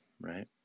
right